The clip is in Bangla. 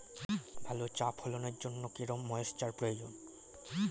ভালো চা ফলনের জন্য কেরম ময়স্চার প্রয়োজন?